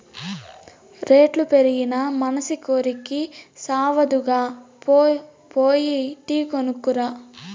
రేట్లు పెరిగినా మనసి కోరికి సావదుగా, పో పోయి టీ కొనుక్కు రా